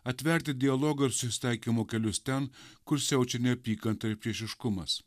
atverti dialogo ir susitaikymo kelius ten kur siaučia neapykanta ir priešiškumas